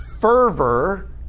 fervor